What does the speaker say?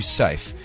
safe